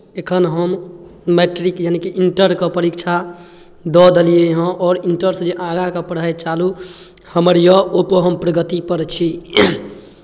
एखन हम मैट्रिक यानि कि इंटरके परीक्षा दऽ देलियै हेँ आओर इंटरसँ जे आगाँके पढ़ाइ चालू हमर यए ओहिपर हम प्रगतिपर छी